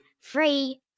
free